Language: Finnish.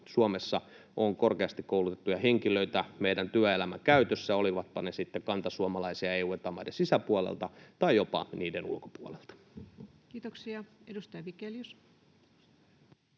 Suomessa on korkeasti koulutettuja henkilöitä meidän työelämän käytössä, olivatpa he sitten kantasuomalaisia, EU- ja Eta-maiden sisäpuolelta tai jopa niiden ulkopuolelta. Kiitoksia. — Edustaja Vigelius.